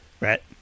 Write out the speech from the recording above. right